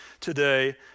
today